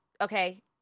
Okay